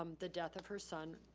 um the death of her son.